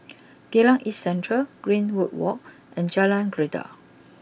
Geylang East Central Greenwood walk and Jalan Greja